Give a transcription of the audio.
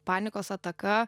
panikos ataka